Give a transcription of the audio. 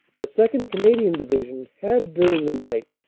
the second. canadian division had, during the night,